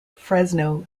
fresno